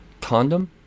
condom